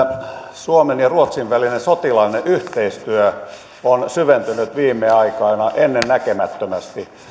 suomen ja ruotsin välinen sotilaallinen yhteistyö on syventynyt viime aikoina ennennäkemättömästi